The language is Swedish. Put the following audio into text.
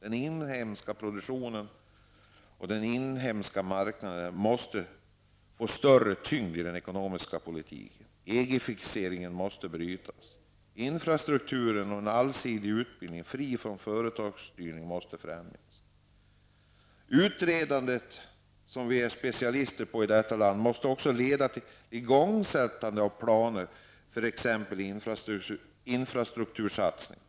Den inhemska produktionen och den inhemska marknaden måste få större tyngd i den ekonomiska politiken. EG-fixeringen måste brytas. Infrastrukturen och en allsidig utbildning fri från företagsstyrning måste främjas. Utredandet, som vi är specialister på i det här landet, måste också leda till igångsättande av planer för exempelvis infrastruktursatsningar.